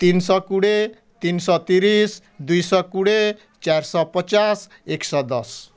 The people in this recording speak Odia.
ତିନିଶହ କୋଡ଼ିଏ ତିନିଶହ ତିରିଶ ଦୁଇଶହ କୋଡ଼ିଏ ଚାରିଶହ ପଚାଶ ଏକଶହ ଦଶ